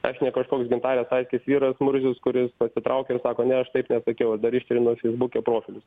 aš ne kažkoks gintarės aistės vyras murzius kuris pasitraukia ir sako ne aš taip nesakiau ir dar ištrinu feisbuke profilius